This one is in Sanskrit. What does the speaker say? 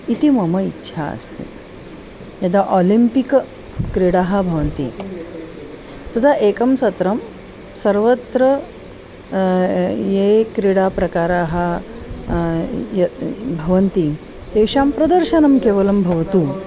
इति मम इच्छा अस्ति यदा ओलिम्पिक् क्रीडाः भवन्ति तदा एकं सत्रं सर्वत्र ये ये क्रीडाप्रकाराः यत् भवन्ति तेषां प्रदर्शनं केवलं भवतु